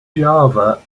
java